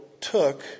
took